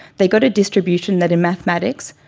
they got a distribution that in mathematics,